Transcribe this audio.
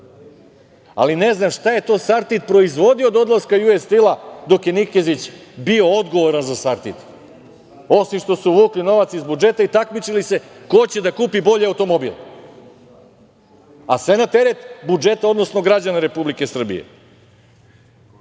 ali ne znam šta je to Sartid proizvodio do odlaska „Ju-es-stil“ dok je Nikezić bio odgovoran za Sartid, osim što su vukli novac iz budžeta i takmičili se ko će da kupi bolji automobil, a sve na teret budžeta, odnosno građana Republike Srbije,